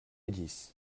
dix